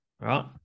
Right